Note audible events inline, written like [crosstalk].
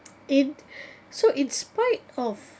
in [breath] so in spite of